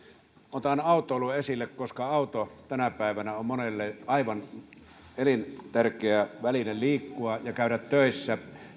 otan autoilun esille koska auto tänä päivänä on monelle aivan elintärkeä väline liikkua ja käydä töissä